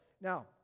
Now